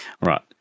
right